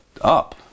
up